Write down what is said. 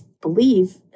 believe